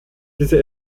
diese